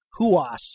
Huas